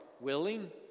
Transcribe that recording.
willing